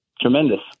tremendous